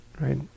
right